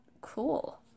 cool